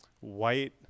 white